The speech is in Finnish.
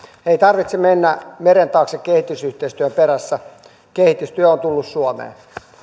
ei tarvitse mennä meren taakse kehitysyhteistyön perässä kehitystyö on tullut suomeen